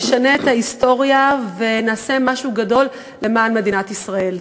נשנה את ההיסטוריה ונעשה משהו גדול למען מדינת ישראל.